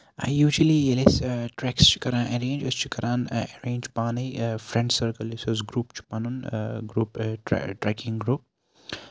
یوٗجؤلی ییٚلہِ أسۍ ٹریکٕس چھِ کران ایرینج أسۍ چھِ کران ایرینج پانَے فرینڈ سٔرکٕل یُس اَسہِ گرُپ چھُ پَنُن گرُپ ٹریکِنگ گرُپ